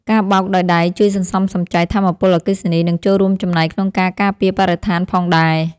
ការបោកដោយដៃជួយសន្សំសំចៃថាមពលអគ្គិសនី និងចូលរួមចំណែកក្នុងការការពារបរិស្ថានផងដែរ។